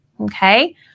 Okay